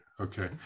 Okay